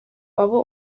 abo